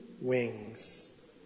wings